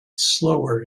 slower